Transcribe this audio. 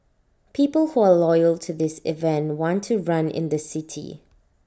people who are loyal to this event want to run in the city